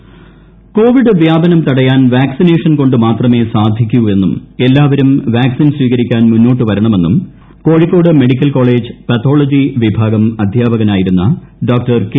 P Aravindan Covid വ്യാപനം തടയാൻ vaccination കൊണ്ടു മാത്രമേ സാധിക്കുവെന്നും എല്ലാവരും വാക്സിൻ സ്വീകരിക്കാൻ മുന്നോട്ടുവരണമെന്നും കോഴിക്കോട് മെഡിക്കൽ കോളേജ് പതോളജി വിഭാഗം അധ്യാപകനായിരുന്നു കെ